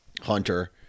hunter